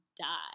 die